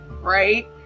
right